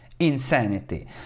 insanity